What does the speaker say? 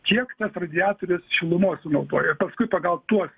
kiek tas radiatorius šilumos sunaudoja paskui pagal tuos